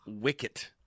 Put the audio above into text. Wicket